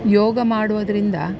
ಯೋಗ ಮಾಡೋದರಿಂದ